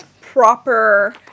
proper